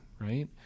right